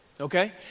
okay